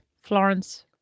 Florence